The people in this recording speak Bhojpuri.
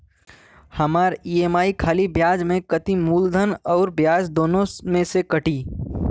हमार ई.एम.आई खाली ब्याज में कती की मूलधन अउर ब्याज दोनों में से कटी?